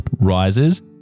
rises